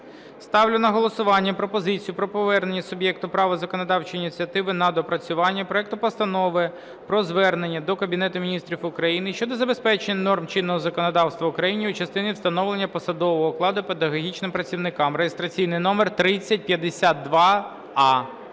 Ставлю на голосування пропозицію про повернення суб'єкту права законодавчої ініціативи на доопрацювання проекту Постанови про звернення до Кабінету Міністрів України щодо забезпечення норм чинного законодавства України у частині встановлення посадового окладу педагогічного працівника (реєстраційний номер 3052а).